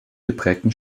geprägten